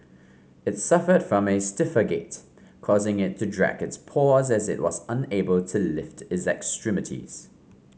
its suffered from a stiffer gait causing it to drag its paws as it was unable to lift its extremities